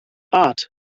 art